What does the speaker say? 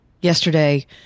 Yesterday